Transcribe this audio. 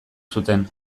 zuten